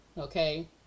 Okay